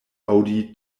aŭdi